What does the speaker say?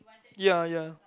ya ya